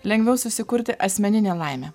lengviau susikurti asmeninę laimę